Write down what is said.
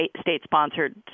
state-sponsored